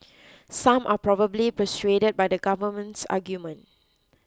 some are probably persuaded by the government's argument